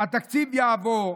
"התקציב יעבור,